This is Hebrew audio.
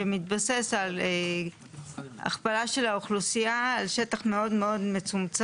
שמתבסס על הכפלה של האוכלוסייה על שטח מאוד מאוד מצומצם.